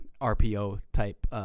RPO-type